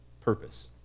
purpose